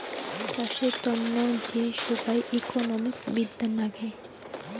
চাষের তন্ন যে সোগায় ইকোনোমিক্স বিদ্যা নাগে